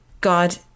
God